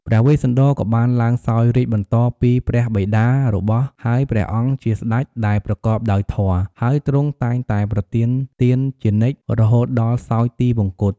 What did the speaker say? ព្រះវេស្សន្តរក៏បានឡើងសោយរាជ្យបន្តពីព្រះបិតារបស់ ហើយព្រះអង្គជាស្តេចដែលប្រកបដោយធម៌ ហើយទ្រង់តែងតែប្រទានទានជានិច្ចរហូតដល់សោយទីវង្គត។